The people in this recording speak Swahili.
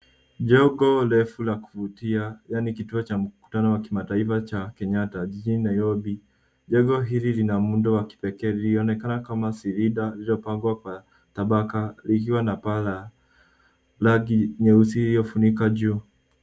Jengo refu la kuvutia, yaani kituo cha mkutano wa kimataifa cha Kenyatta, jijini Nairobi. Jengo hili lina muundo wa kipekee lilionekana kama silinda lililopangwa kwa tabaka likiwa na paa la rangi nyeusi iliyofunika juu.